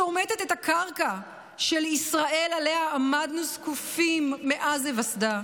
ששומטת את הקרקע של ישראל שעליה עמדנו זקופים מאז היווסדה?